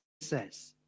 says